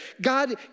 God